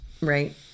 Right